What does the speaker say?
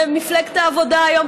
למפלגת העבודה היום,